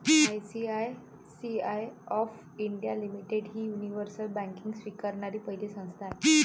ICICI of India limited ही universal banking स्वीकारणारी पहिली संस्था आहे